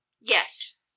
Yes